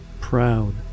proud